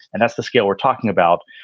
and that's the scale we're talking about.